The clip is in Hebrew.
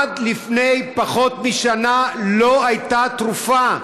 עד לפני פחות משנה לא הייתה תרופה.